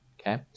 Okay